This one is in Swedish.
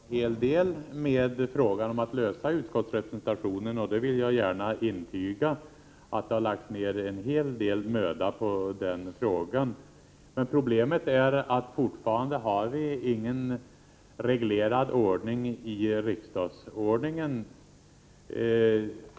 Fru talman! Olle Svensson säger att man har jobbat en hel del med att lösa frågan om utskottsrepresentationen, och jag vill gärna intyga att det har lagts ner en hel del möda på den frågan. Men fortfarande har vi inte utskottsrepresentationen reglerad i riksdagsordningen.